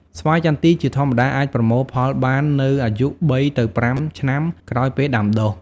ស្វាយចន្ទីជាធម្មតាអាចប្រមូលផលបាននៅអាយុ ៣ ទៅ ៥ ឆ្នាំ ក្រោយពេលដាំដុះ។